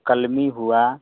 कलमी हुआ